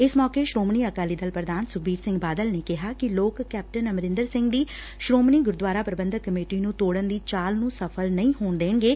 ਇਸ ਮੌਕੈ ਸ੍ਰੋਮਣੀ ਅਕਾਲੀ ਦਲ ਪ੍ਰਧਾਨ ਸੁਖਬੀਰ ਸਿੰਘ ਬਾਦਲ ਨੇ ਕਿਹਾ ਕਿ ਲੋਕ ਕੈਪਟਨ ਅਮਰਿੰਦਰ ਸਿੰਘ ਦੀ ਸ੍ਰੋਮਣੀ ਗੁਰਦੁਆਰਾ ਪ੍ਰਬੰਧਕ ਕਮੇਟੀ ਨੂੰ ਤੋੜਨ ਦੀ ਚਾਲ ਨੂੰ ਸਫ਼ਲ ਨਹੀ ਹੋਣ ਦੇਣਗੇ